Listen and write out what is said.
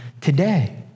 today